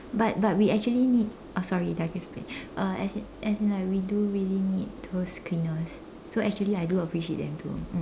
but but we actually need uh sorry digress digress a bit uh as in as in like we do really need those cleaners so actually I do appreciate them too mm